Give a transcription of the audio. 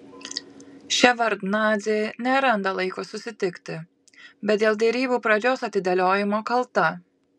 ševardnadzė neranda laiko susitikti bet dėl derybų pradžios atidėliojimo kalta